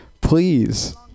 please